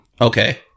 Okay